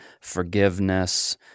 forgiveness